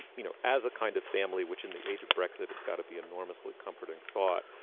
you know, as a kind of family, which in the age of brexit, it's got to be enormously comforting thought.